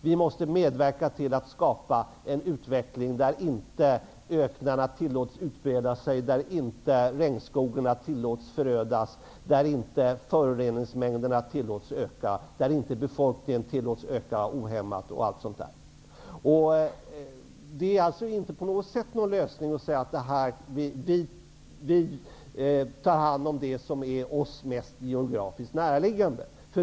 Vi måste medverka till att skapa en utveckling där inte öknarna tillåts breda ut sig, där inte regnskogarna tillåts förödas, där inte mängden föroreningar tillåts öka, där inte befolkningen tillåts öka ohämmat osv. Det är inte någon lösning att säga att vi skall ta hand om sådant som är oss mest geografiskt näraliggande.